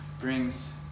brings